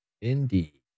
indeed